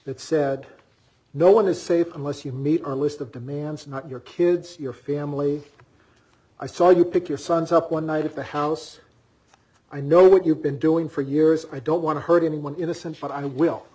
that said no one is safe unless you meet our list of demands not your kids your family i saw you pick your sons up one night at the house i know what you've been doing for years i don't want to hurt anyone innocent but i will